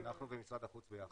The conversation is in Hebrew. אנחנו ומשרד החוץ ביחד.